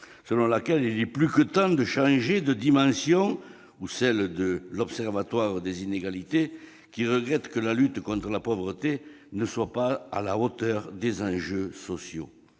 selon laquelle il est plus que temps de changer de dimension, ou celles de l'Observatoire des inégalités qui regrette que la lutte contre la pauvreté ne soit pas à la hauteur des enjeux sociaux.